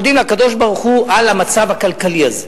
אנחנו מודים לקדוש-ברוך-הוא על המצב הכלכלי הזה.